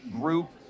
group